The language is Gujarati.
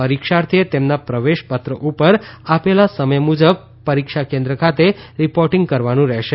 પરિક્ષાર્થીએ તેમના પ્રવેશ પત્ર ઉપર આપેલા સમય મુજબ પરિક્ષા કેન્દ્ર ખાતે રિપોર્ટિંગ કરવાનું રહેશે